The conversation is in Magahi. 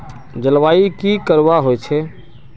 जलवायु की करवा होचे?